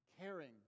caring